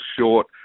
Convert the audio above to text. short